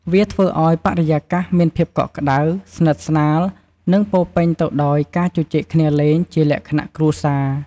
វាធ្វើអោយបរិយាកាសមានភាពកក់ក្តៅ ស្និទ្ធស្នាល និងពោរពេញទៅដោយការជជែកគ្នាលេងជាលក្ខណៈគ្រួសារ។